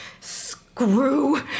Screw